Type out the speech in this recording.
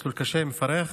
מסלול קשה ומפרך.